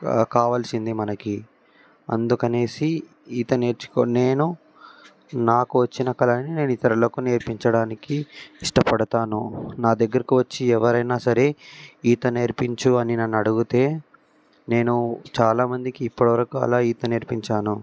కా కావాల్సింది మనకి అందుకని ఈత నేర్చుకున్న నేను నాకు వచ్చిన కళని నేను ఇతరులకి నేర్పించడానికి ఇష్టపడతాను నా దగ్గరకు వచ్చి ఎవరైనా సరే ఈత నేర్పించు అని నన్ను అడిగితే నేను చాలామందికి ఇప్పటివరకు అలా ఈత నేర్పించాను